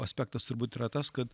aspektas turbūt yra tas kad